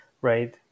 right